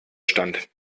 stand